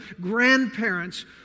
grandparents